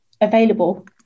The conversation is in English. available